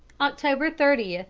october thirty,